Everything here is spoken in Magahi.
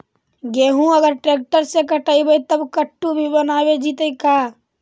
गेहूं अगर ट्रैक्टर से कटबइबै तब कटु भी बनाबे जितै का?